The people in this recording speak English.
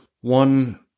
one